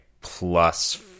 plus